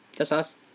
just us